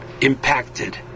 impacted